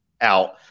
out